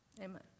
amen